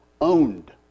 owned